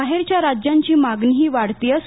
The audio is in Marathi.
बाहेरच्या राज्यांची मागणीही वाढती आहे